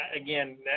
again